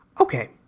Okay